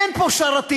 אין פה שרתים.